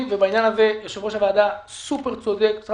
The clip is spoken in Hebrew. ובעניין הזה יושב ראש הוועדה סופר צודק.